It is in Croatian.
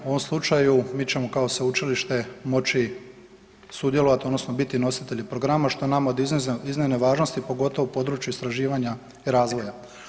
U ovom slučaju mi ćemo kao sveučilište moći sudjelovati odnosno biti nositelji programa što je nama od iznimne važnosti, pogotovo područje istraživanja i razvoja.